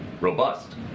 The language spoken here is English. robust